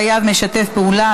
חייב משתף פעולה),